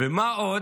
ומה שעוד